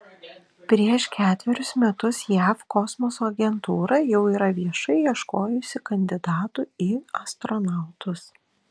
prieš ketverius metus jav kosmoso agentūra jau yra viešai ieškojusi kandidatų į astronautus